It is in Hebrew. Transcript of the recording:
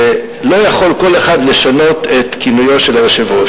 שלא יכול כל אחד לשנות את כינויו של היושב-ראש.